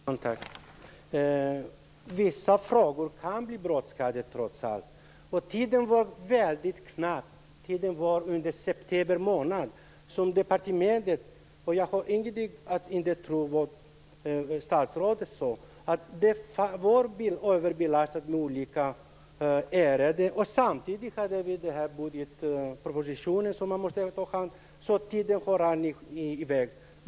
Fru talman! Vissa frågor kan trots allt bli brådskande. Tiden var väldigt knapp. Detta skedde under september månad, och jag har ingen anledning att inte tro på vad statsrådet sade. Departementet var överbelastat med olika ärenden. Samtidigt skulle man ta hand om budgetpropositionen. Därför rann tiden i väg.